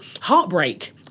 heartbreak